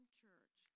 church